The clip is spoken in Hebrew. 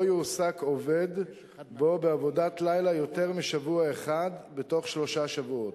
לא יועסק עובד בו בעבודת לילה יותר משבוע אחד בתוך שלושה שבועות.